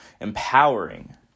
empowering